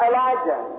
Elijah